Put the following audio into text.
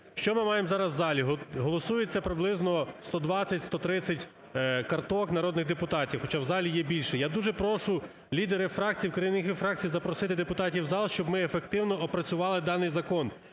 Що ми маємо зараз в залі? Голосується приблизно 120, 130 карток народних депутатів, хоча в залі є більше. Я дуже прошу лідерів фракцій, керівників фракцій запросити депутатів в зал, щоб ми ефективно опрацювали даний закон.